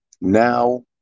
Now